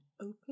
open